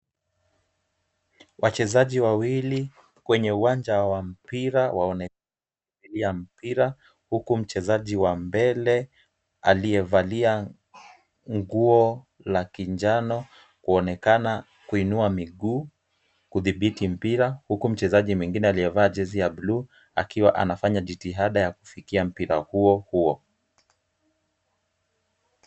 Wachezaji wawili kwenye uwanja wa mpira waonekana wakikimbilia mpira huku mchezaji wa mbele aliyevalia nguo la kinjano kuonekana kuinua miguu kudhibiti mpira huku mchezaji mwingine aliyevaa jezi ya bluu akiwa nanafanya jitihada ya kufikia mpira huo huo.